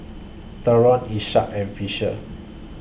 Theron Isaak and Fisher